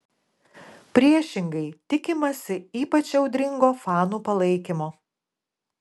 priešingai tikimasi ypač audringo fanų palaikymo